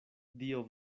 dio